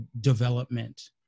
development